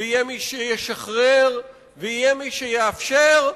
ויהיה מי שישחרר ויהיה מי שיאפשר,